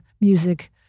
music